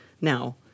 Now